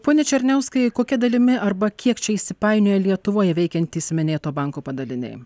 pone černiauskai kokia dalimi arba kiek čia įsipainioję lietuvoje veikiantys minėto banko padaliniai